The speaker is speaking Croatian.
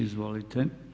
Izvolite.